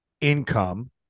income